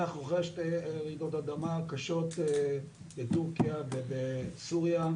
אנחנו אחרי שתי רעידות אדמה קשות בטורקיה ובסוריה.